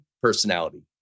personality